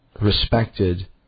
respected